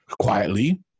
quietly